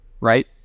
right